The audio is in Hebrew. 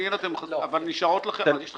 אבל יש לכם